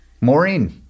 Maureen